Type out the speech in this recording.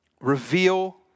Reveal